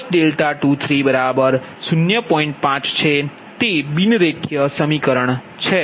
5 છે તે બિન રેખીય સમીકરણ છે